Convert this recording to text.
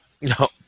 No